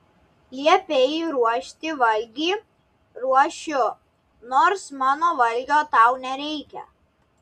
liepei ruošti valgį ruošiu nors mano valgio tau nereikia